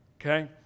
Okay